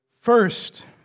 First